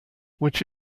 which